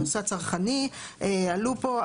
הנושא הצרכני עלו פה.